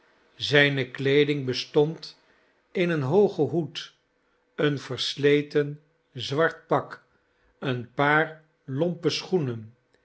zijne kleeding bestond in een hoogen hoed een versleten zwart pak een paar lompe schoenen